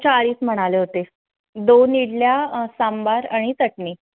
चाळीस म्हणाले होते दोन इडल्या सांबार आणि चटणी